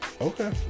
Okay